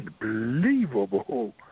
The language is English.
unbelievable